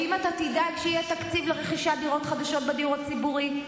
האם אתה תדאג שיהיה תקציב לרכישת דירות חדשות בדיור הציבורי?